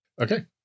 Okay